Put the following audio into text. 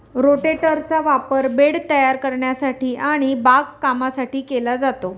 रोटेटरचा वापर बेड तयार करण्यासाठी आणि बागकामासाठी केला जातो